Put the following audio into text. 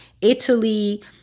Italy